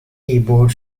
keyboard